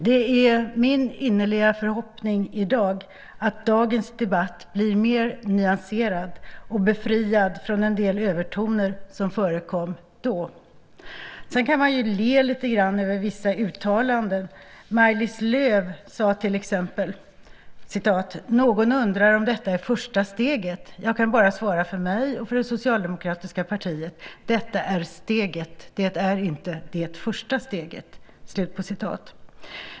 Det är min innerliga förhoppning att dagens debatt blir mer nyanserad och befriad från en del övertoner som förekom då. Man kan ju le lite åt vissa uttalanden. Maj-Lis Lööw sade till exempel: Någon undrar om detta är första steget. Jag kan bara svara för mig och för det socialdemokratiska partiet: Detta är steget. Det är inte det första steget.